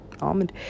almond